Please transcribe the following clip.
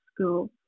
school